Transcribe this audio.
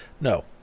No